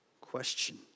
question